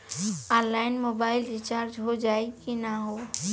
Online mobile recharge हो जाई की ना हो?